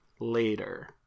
later